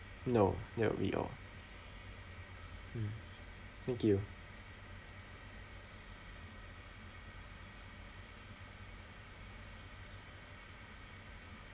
no no that'll be all mm thank you